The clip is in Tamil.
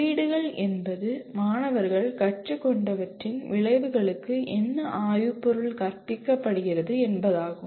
உள்ளீடுகள் என்பது மாணவர்கள் கற்றுக்கொண்டவற்றின் விளைவுகளுக்கு என்ன ஆய்வுபொருள் கற்பிக்கப்படுகிறது என்பதாகும்